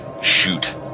shoot